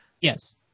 Yes